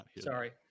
Sorry